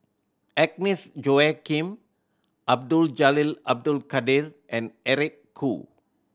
Agnes Joaquim Abdul Jalil Abdul Kadir and Eric Khoo